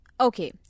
Okay